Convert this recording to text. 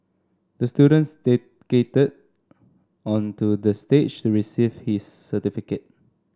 the student stay onto the stage to receive his certificate